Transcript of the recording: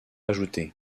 ajoutées